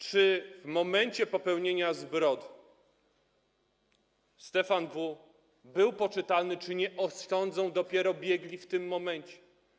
Czy w momencie popełnienia zbrodni Stefan W. był poczytalny, czy nie, osądzą dopiero biegli w tym momencie.